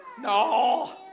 No